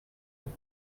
with